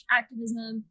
activism